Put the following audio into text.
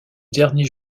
dernier